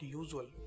usual